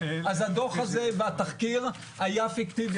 אז הדוח הזה והתחקיר היה פיקטיבי.